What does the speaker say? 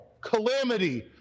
calamity